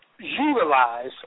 utilize